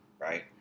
right